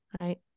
right